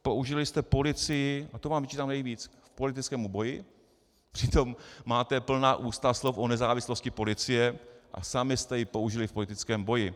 Použili jste policii a to vám vyčítám nejvíc k politickému boji, přitom máte plná ústa slov o nezávislosti policie a sami jste ji použili v politickém boji.